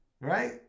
Right